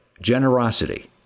generosity